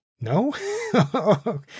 no